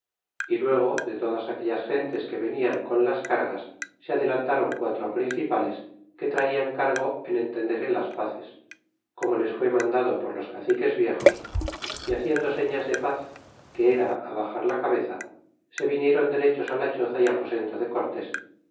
y luego de todas aquellas gentes que venian con las cargas se adelantaron quatro principales que traían cargo de entender en las pazes como les fué mandado por los caciques viejos y haciendo señas de paz que era abaxar la cabeza se viniéron derechos la choza y aposento de cortés